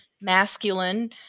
masculine